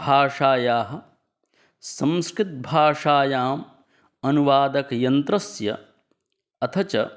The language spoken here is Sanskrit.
भाषायाः संस्कृतभाषायाम् अनुवादकयन्त्रस्य अथ च